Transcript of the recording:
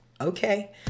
Okay